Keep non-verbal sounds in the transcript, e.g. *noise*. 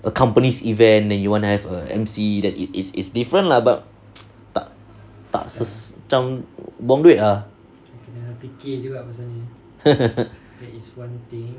a company's event and then you want to have a emcee then it it's it's different lah but *noise* tak tak macam buang duit ah *laughs*